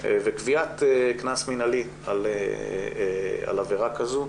וקביעת קנס מינהלי על עבירה כזו.